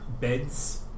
beds